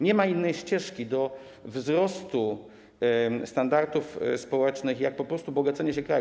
Nie ma innej ścieżki wzrostu standardów społecznych jak po prostu bogacenie się kraju.